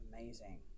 amazing